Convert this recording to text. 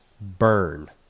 burn